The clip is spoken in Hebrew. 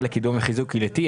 המשרד לקידום וחיזוק קהילתי,